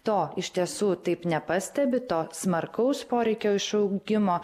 to iš tiesų taip nepastebi to smarkaus poreikio išaugimo